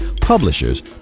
publishers